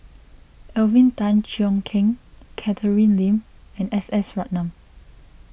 Alvin Tan Cheong Kheng Catherine Lim and S S Ratnam